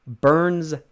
burns